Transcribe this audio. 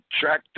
track